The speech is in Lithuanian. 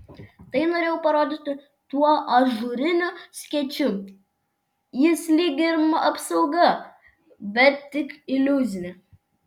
tai norėjau parodyti tuo ažūriniu skėčiu jis lyg ir apsauga bet tik iliuzinė